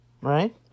right